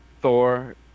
Thor